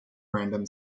random